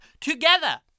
together